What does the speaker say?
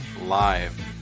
Live